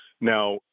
Now